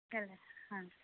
ହେଲା ହଁ